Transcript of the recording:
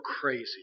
crazy